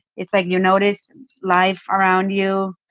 it's like you notice life around you.